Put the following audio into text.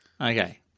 Okay